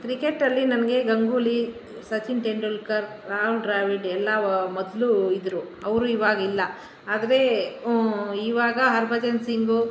ಕ್ರಿಕೆಟಲ್ಲಿ ನನಗೆ ಗಂಗೂಲಿ ಸಚಿನ್ ತೆಂಡೂಲ್ಕರ್ ರಾಹುಲ್ ಡ್ರಾವಿಡ್ ಎಲ್ಲ ವ ಮೊದಲು ಇದ್ದರು ಅವರು ಇವಾಗಿಲ್ಲ ಆದರೆ ಇವಾಗ ಹರ್ಭಜನ್ ಸಿಂಗು